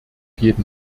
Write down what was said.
jeden